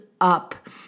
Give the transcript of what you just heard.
up